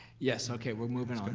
yes, okay, we're moving on.